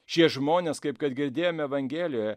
šie žmonės kaip kad girdėjom evangelioje